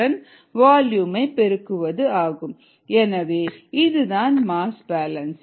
Et V EV ESV எனவே இதுதான் mass balance